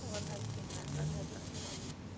ولہٕ حظ کیٚنٛہہ نہَ حظ اَدٕ حظ اَسلام علیکُم